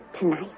Tonight